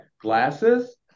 glasses